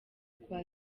kwa